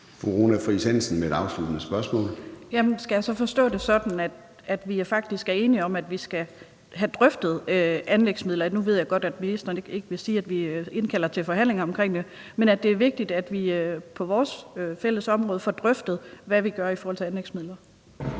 Runa Friis Hansen (EL): Skal jeg så forstå det sådan, at vi faktisk er enige om, at vi skal have drøftet anlægsmidler? Nu ved jeg godt, at ministeren ikke vil sige, at der indkaldes til forhandlinger om det. Men er vi enige om, at det er vigtigt, at vi på vores fælles område får drøftet, hvad vi gør i forhold til anlægsmidler?